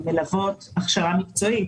שמלוות הכשרה מקצועית.